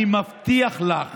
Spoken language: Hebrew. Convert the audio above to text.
אני מבטיח לך